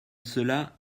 cela